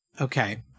okay